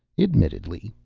admittedly,